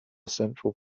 central